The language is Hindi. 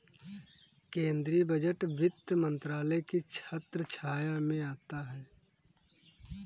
केंद्रीय बजट वित्त मंत्रालय की छत्रछाया में आता है